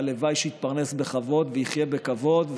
הלוואי שיתפרנס בכבוד ויחיה בכבוד,